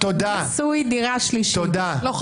נמתין לסוף דברי הפרשנית גוטליב, ואז.